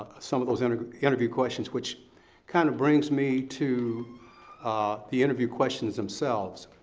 some of those and interview questions which kind of brings me to the interview questions themselves.